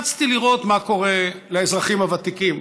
רצתי לראות מה קורה לאזרחים הוותיקים